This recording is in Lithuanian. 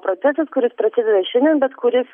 procesas kuris prasideda šiandien bet kuris